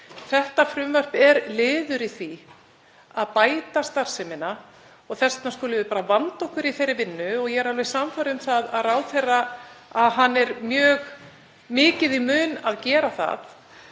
Þetta frumvarp er liður í því að bæta starfsemina. Þess vegna skulum við bara vanda okkur í þeirri vinnu. Ég er alveg sannfærð um það að ráðherra er mjög mikið í mun að gera það.